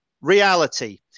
Reality